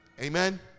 Amen